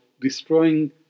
destroying